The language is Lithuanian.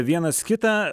vienas kitą